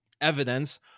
evidence